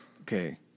Okay